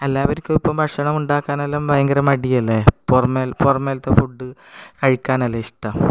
എല്ലാവർക്കും ഇപ്പോൾ ഭക്ഷണം ഉണ്ടാക്കാനെല്ലാം ഭയങ്കര മടിയല്ലേ പുറമെ പുറമേലത്തെ ഫുഡ് കഴിക്കാനല്ലേ ഇഷ്ടം